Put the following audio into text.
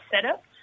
setup